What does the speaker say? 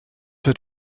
wird